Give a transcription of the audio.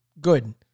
good